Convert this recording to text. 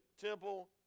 temple